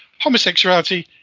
homosexuality